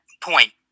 point